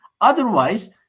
Otherwise